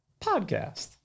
podcast